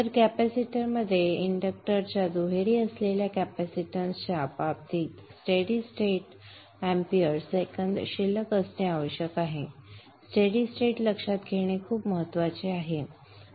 तर कॅपेसिटरमध्ये इंडक्टरच्या दुहेरी असलेल्या कॅपॅसिटन्सच्या बाबतीत स्थिर स्थितीत amp सेकंद बॅलन्सअसणे आवश्यक आहे स्टेडि स्टेट लक्षात घेणे खूप महत्वाचे आहे